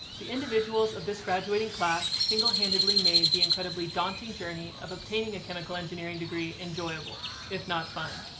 the individuals of this graduating class single-handedly made the incredibly daunting journey of obtaining a chemical engineering degree enjoyable if not fun.